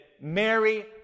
Mary